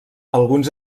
alguns